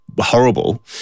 horrible